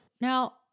Now